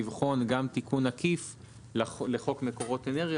לבחון גם תיקון עקיף לחוק מקורות אנרגיה,